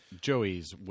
Joey's